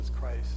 christ